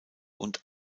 und